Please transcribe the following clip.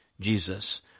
Jesus